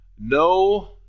No